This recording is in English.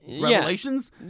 Revelations